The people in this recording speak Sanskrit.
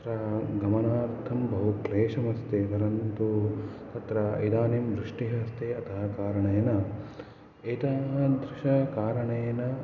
तत्र गमनार्थं बहु क्लेषमपि अस्ति परन्तु तत्र इदानीं वृष्टिः अस्ति अतः कारणेन एतादृशकारणेन